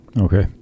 Okay